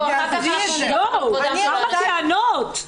וואו, כמה טענות.